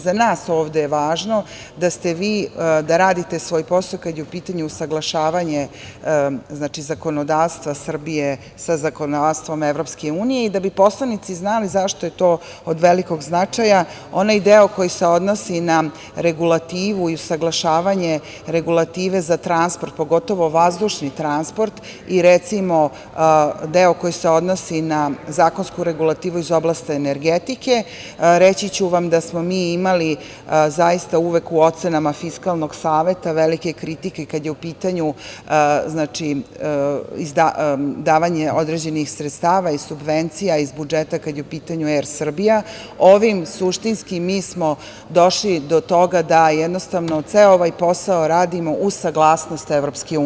Za nas je ovde važno, da ste vi, i da radite svoj posao kada je u pitanju usaglašavanje, zakonodavstva Srbije sa zakonodavstvom EU, i da bi poslanici znali zašto je to od velikog značaja, onaj deo koji se odnosi na regulativu, koji usaglašavanje regulative za transport, pogotovo vazdušni transport i recimo, deo koji se odnosi na zakonsku regulativu iz oblasti energetike, reći ću da smo imali mi zaista uvek u ocenama fiskalnog saveta, velike kritike, kada je u pitanju davanje određenih sredstava i subvencija, kada je u pitanju „ Er Srbija“, i ovim suštinskim mi smo došli do toga da jednostavno ceo ovaj posao radimo uz saglasnost EU.